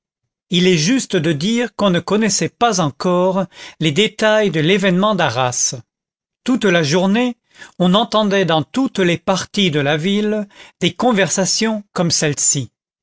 il est juste de dire qu'on ne connaissait pas encore les détails de l'événement d'arras toute la journée on entendait dans toutes les parties de la ville des conversations comme celle-ci